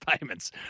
payments